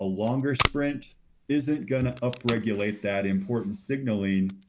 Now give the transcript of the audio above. a longer sprint isn't going to upregulate that important signaling